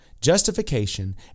justification